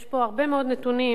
יש פה הרבה מאוד נתונים,